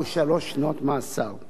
על-פי דברי ההסבר,